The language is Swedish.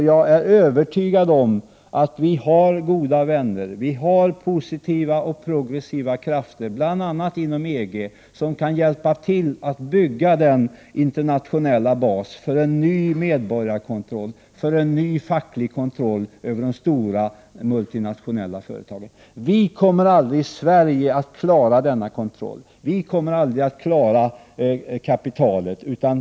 Jag är övertygad om att vi har goda vänner och positiva och progressiva krafter bl.a. inom EG som kan hjälpa till att bygga denna internationella bas för en ny medborgarkontroll och för en ny facklig kontroll över de stora multinationella företagen. Vi i Sverige kommer aldrig att klara av denna kontroll. Vi kommer aldrig att klara av kapitalet.